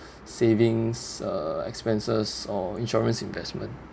savings uh expenses or insurance investment